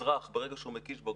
אזרח, ברגע שהוא מקיש בגוגל,